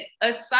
aside